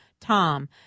Tom